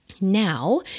Now